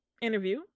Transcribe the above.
interview